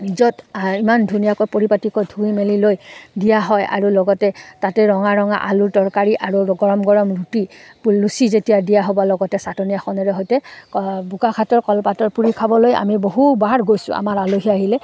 য'ত ইমান ধুনীয়াকৈ পৰিপাতিকৈ ধুই মেলি লৈ দিয়া হয় আৰু লগতে তাতে ৰঙা ৰঙা আলু তৰকাৰী আৰু গৰম গৰম ৰুটি লুচি যেতিয়া দিয়া হ'ব লগতে চাটনি এখনেৰে সৈতে বোকাখাটৰ কলপাতৰ পুৰি খাবলৈ আমি বহু বাৰ গৈছোঁ আমাৰ আলহী আহিলে